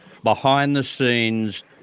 behind-the-scenes